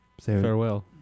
Farewell